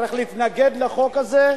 צריך להתנגד לחוק הזה,